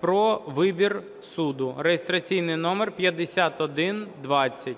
про вибір суду (реєстраційний номер 5120).